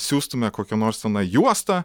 siųstume kokią nors tenai juostą